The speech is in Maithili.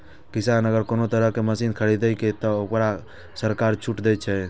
किसान अगर कोनो तरह के मशीन खरीद ते तय वोकरा सरकार छूट दे छे?